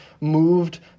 moved